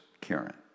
Karen